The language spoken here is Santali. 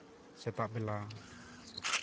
ᱥᱮᱛᱟᱜ ᱵᱮᱞᱟ